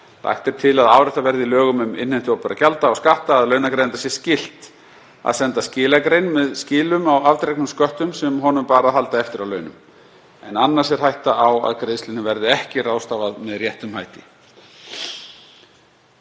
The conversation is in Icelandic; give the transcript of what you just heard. Lagt er til að áréttað verði í lögum um innheimtu opinberra skatta og gjalda að launagreiðanda sé skylt að senda skilagrein með skilum á afdregnum sköttum sem honum bar að halda eftir af launum, en annars er hætta á að greiðslunni verði ekki ráðstafað með réttum hætti.